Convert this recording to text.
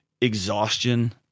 exhaustion